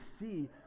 see